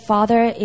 Father